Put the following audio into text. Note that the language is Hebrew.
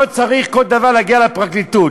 לא כל דבר צריך להגיע לפרקליטות.